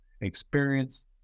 experience